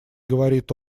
говорит